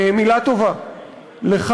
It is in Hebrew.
מילה טובה לך.